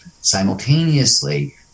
Simultaneously